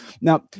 Now